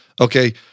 Okay